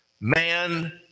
man